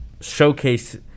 showcase